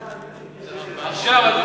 אולי נעשה את זה עכשיו, איציק?